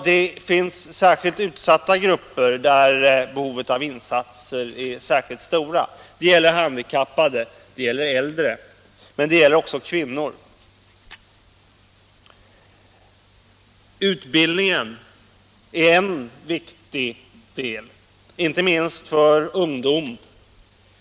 Det finns särskilt utsatta grupper för vilka behovet av insatser är speciellt stort; det gäller handikappade, det gäller äldre, det gäller också kvinnor. Här är utbildningen en viktig del av problemet, inte minst för ungdomen.